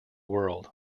world